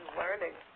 learning